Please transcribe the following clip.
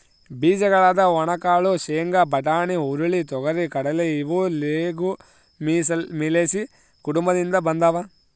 ಬೀಜಗಳಾದ ಒಣಕಾಳು ಶೇಂಗಾ, ಬಟಾಣಿ, ಹುರುಳಿ, ತೊಗರಿ,, ಕಡಲೆ ಇವು ಲೆಗುಮಿಲೇಸಿ ಕುಟುಂಬದಿಂದ ಬಂದಾವ